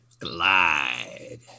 Glide